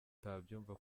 utabyumva